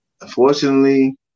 Unfortunately